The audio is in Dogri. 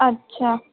अच्छा